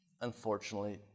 Unfortunately